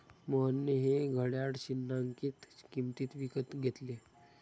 मोहनने हे घड्याळ चिन्हांकित किंमतीत विकत घेतले